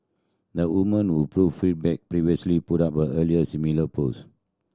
the woman who prove feedback previously put up an earlier similar post